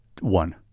one